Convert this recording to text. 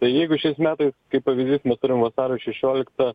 tai jeigu šiais metais kaip pavyzdys mes turim vasario šešioliktą